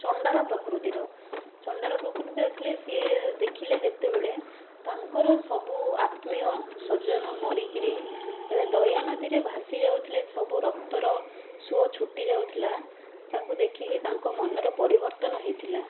ଚଣ୍ଡାଳ ପ୍ରକୃତିର ଚଣ୍ଡାଳ ପ୍ରକୃତିର ଥିଲେ ସିଏ ଦେଖିଲେ ଯେତେବେଳେ ତାଙ୍କର ସବୁ ଆତ୍ମୀୟସୃଜନ ମରିକରି ଦୟାନଦୀରେ ଭାସି ଯାଉଥିଲେ ସବୁ ରକ୍ତର ସୁଅ ଛୁଟି ଯାଉଥିଲା ତାଙ୍କୁ ଦେଖିକି ତାଙ୍କ ମନରେ ପରିବର୍ତ୍ତନ ହେଇଥିଲା